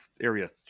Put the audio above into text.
Area